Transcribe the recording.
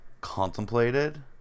contemplated